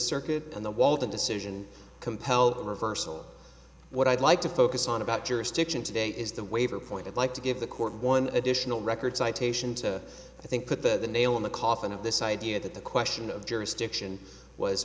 circuit on the wall the decision compel the reversal what i'd like to focus on about jurisdiction today is the waiver point i'd like to give the court one additional record citation to i think put the nail in the coffin of this idea that the question of jurisdiction was